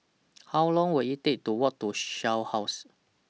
How Long Will IT Take to Walk to Shell House